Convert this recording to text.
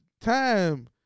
time